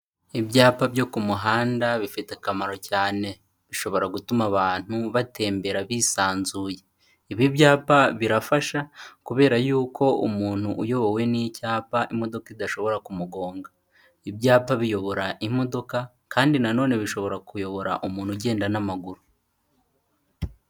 Ibyapa byo ku muhanda bifite akamaro cyane bishobora gutuma abantu batembera bisanzuye. Ibi byapa birafasha kubera y'uko umuntu uyobowe n'icyapa imodoka idashobora kumugonga. Ibyapa biyobora imodoka kandi nanone bishobora kuyobora umuntu ugenda n'amaguru.